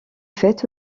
fête